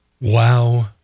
Wow